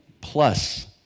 plus